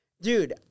dude